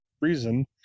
reason